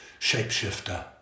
shapeshifter